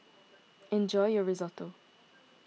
enjoy your Risotto